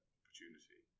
opportunity